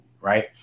right